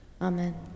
Amen